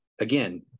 again